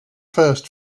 first